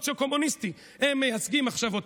הם מייצגים אותם עכשיו,